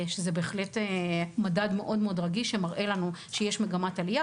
שזה בהחלט מדד מאוד רגיש שמראה לנו שיש מגמת עלייה,